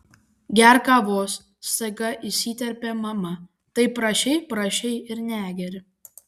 gerk kavos staiga įsiterpė mama taip prašei prašei ir negeri